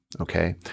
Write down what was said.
okay